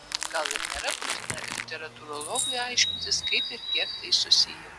gal ir nėra būtina literatūrologui aiškintis kaip ir kiek tai susiję